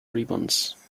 ribbons